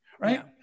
right